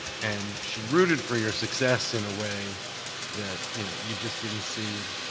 and she rooted for your success in a way that, you know, you just didn't see